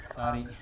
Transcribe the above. sorry